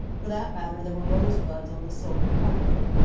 for that matter, there were rosebuds on the silken coverlet.